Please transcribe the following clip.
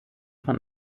von